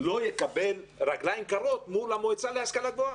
לא יקבל רגליים קרות מול המועצה להשכלה גבוהה.